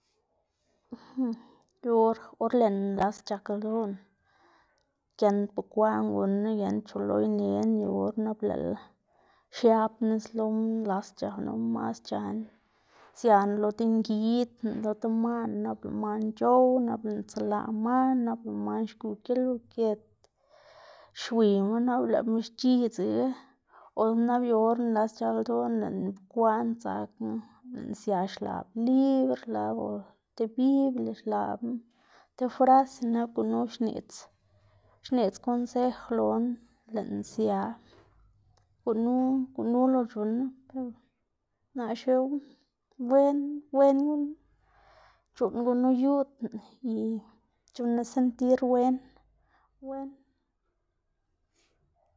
yu or or lëꞌná nlas c̲h̲ak ldoꞌná, giend bekwaꞌn gunn- ná giend chu lo inená yu or nap lëꞌlá xiab nis loma nlas c̲h̲ak mas xc̲h̲aná sianá lo dengidná, lo demaꞌnná nap lëꞌ man c̲h̲ow nap lëꞌná tselaꞌ man, nap lëꞌ man xgu gilugit xwiyma nap lëꞌma xc̲h̲idzaga or nap yu or nlas c̲h̲ak ldoꞌná lëꞌna kwaꞌn dzakná, lëꞌná sia xlab libr xlab o ti biblia xlabná, ti frase nap gunu xneꞌdz xneꞌdz konsej loná lëꞌná sia gunu gunu lo c̲h̲unn- ná, naꞌ xne wen wen gunu c̲h̲uꞌnn gunu yuꞌdná y c̲h̲unn- ná sentir wen, wen.